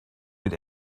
vid